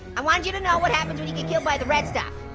i wanted you to know what happens when you get killed by the red stuff,